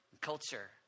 Culture